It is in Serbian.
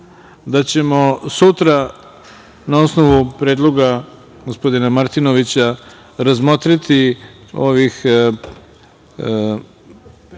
da ćemo sutra na osnovu predloga gospodina Martinovića, razmotriti ovih